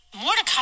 Mordecai